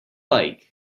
like